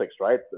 right